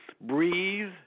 breathe